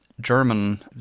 German